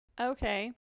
Okay